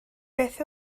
beth